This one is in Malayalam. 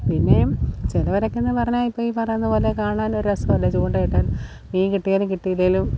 പിന്നേയും ചിലവരൊക്കെ എന്നു പറഞ്ഞാൽ ഇപ്പോൾ ഈ പറയുന്നതുപോലെ കാണാൻ ഒരു രസമല്ലേ ചൂണ്ടയിട്ടാൽ മീൻ കിട്ടിയാലും കിട്ടിയില്ലെങ്കിലും